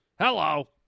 Hello